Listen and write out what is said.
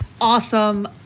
awesome